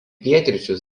pietryčius